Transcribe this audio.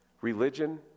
religion